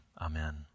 Amen